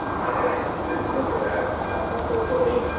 and i didn't think of that unfortunately.